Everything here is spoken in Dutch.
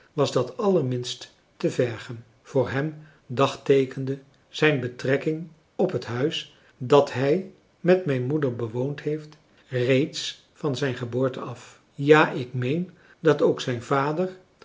was dat allerminst te vergen voor hem dagteekende zijn betrekking op het huis dat hij met mijn moeder bewoond heeft reeds van zijn geboorte af ja ik meen dat ook zijn vader